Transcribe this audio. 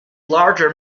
larger